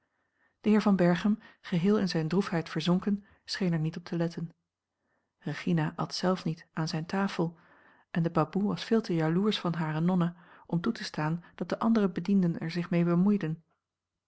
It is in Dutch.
de heer van berchem geheel in zijne droefheid verzonken scheen er niet op te letten regina at zelf niet aan zijne tafel en de baboe was veel te jaloersch van hare nonna om toe te staan dat de andere bedienden er zich mee bemoeiden